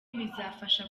bizabafasha